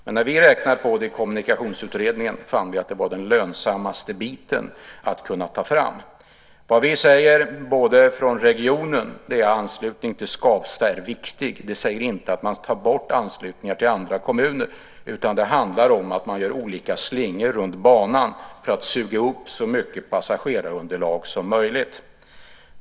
Men när vi räknade på det i Kommunikationsutredningen fann vi att det var den lönsammaste biten som man kunde ta fram. Vad vi säger från regionen är att en anslutning till Skavsta är viktig. Det säger inte att man ska ta bort anslutningar till andra kommuner, utan det handlar om att man gör olika slingor runt banan för att suga upp ett så stort passagerarunderlag som möjligt.